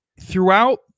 throughout